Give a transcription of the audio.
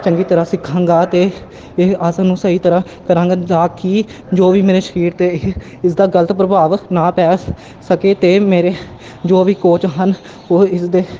ਚੰਗੀ ਤਰ੍ਹਾਂ ਸਿੱਖਾਂਗਾ ਅਤੇ ਇਹ ਆਸਣ ਨੂੰ ਸਹੀ ਤਰ੍ਹਾਂ ਕਰਾਂਗਾ ਤਾਂ ਕਿ ਜੋ ਵੀ ਮੇਰੇ ਸਰੀਰ 'ਤੇ ਇਹ ਇਸ ਦਾ ਗ਼ਲਤ ਪ੍ਰਭਾਵ ਨਾ ਪੈ ਸਕੇ ਅਤੇ ਮੇਰੇ ਜੋ ਵੀ ਕੋਚ ਹਨ ਉਹ ਇਸਦੇ